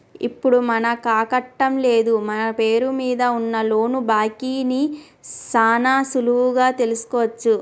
ఇప్పుడు మనకాకట్టం లేదు మన పేరు మీద ఉన్న లోను బాకీ ని సాన సులువుగా తెలుసుకోవచ్చు